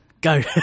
Go